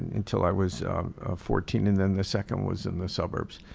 until i was fourteen. and then the second was in the suburbs.